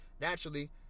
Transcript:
naturally